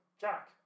Jack